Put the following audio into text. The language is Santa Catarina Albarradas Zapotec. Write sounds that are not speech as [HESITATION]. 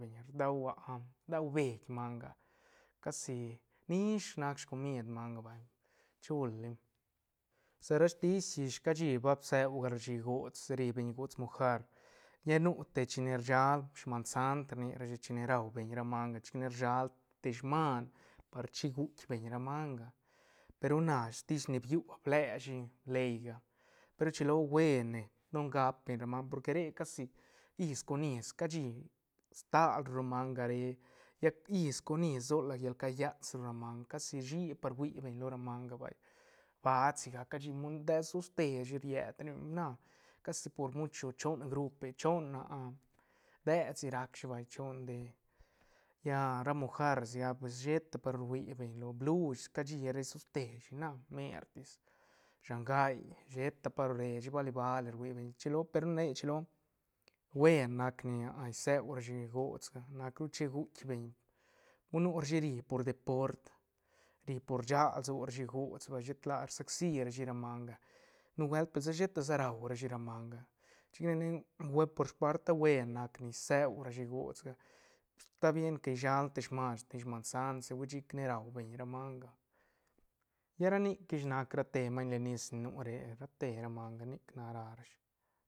Beñ rdau [HESITATION] rdau beit manga casi nish nac scomid manga vay chul li sa ra stis ish cashi ba bseu gal shi gots ri beñ gots mojar lla nu te chine rsal sman sant rni rashi chine rau beñ ra manga chic ne rshal te sman par chi guitk beñ ra manga pe ru na stis ni biu bleshi leyga pe ru rchilo buen ne don gap beñ ra manga porque re casi is con is cashi stal ru ra manga re lla is con is so la llal cayast ru manga casi huishi pa rui beñ lo ra manga vay baad sigac cashi [UNINTELLIGIBLE] dees dosh teshi riet re na casi por mucho choon grupe choon [HESITATION] dees si racshi vay choon de lla ra mojar sigac pues sheta pa ru ruibeñ lo blush cashi re toste shi na mertis shangai sheta pa ru reshi bali- bali rui beñ rchilo pe ru re rchiloa buen nac ni ah seurashi gots nac ru chi guitk beñ hui nurashi ri por deport ri por sag lsorashi gots shet ladi rsac si rashi ra manga nubuelt pa sa sheta sa raurashi ra manga chicane hue por sparta buen nac ni rseu rashi gotsga esta bien que shial ne te sman steñ sman sant si chic ne ruabeñ ra manga lla ra nic ish nac rate ra maiñ le nis ni nu re rate ra manga nic nac ra- rashi.